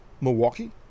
Milwaukee